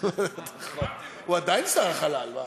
הוא עדיין שר החלל.